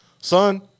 son